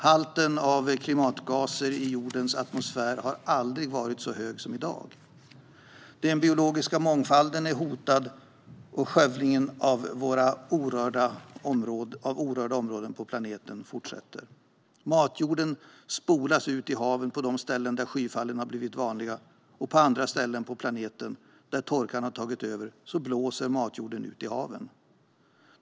Halten av klimatgaser i jordens atmosfär har aldrig varit så hög som i dag. Den biologiska mångfalden är hotad, och skövlingen av orörda områden på planeten fortsätter. Matjorden spolas ut i haven på de ställen där skyfall blivit vanliga. På andra ställen på planeten, där torkan har tagit över, blåser matjorden ut i haven.